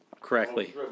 correctly